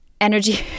energy